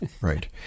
right